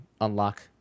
unlock